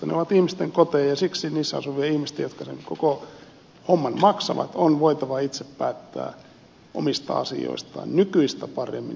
ne ovat ihmisten koteja ja siksi niissä asuvien ihmisten jotka sen koko homman maksavat on voitava itse päättää omista asioistaan nykyistä paremmin